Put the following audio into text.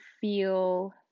feel